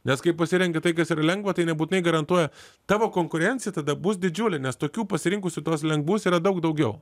nes kai pasirenki tai kas yra lengva tai nebūtinai garantuoja tavo konkurencija tada bus didžiulė nes tokių pasirinkusių tuos lengvus yra daug daugiau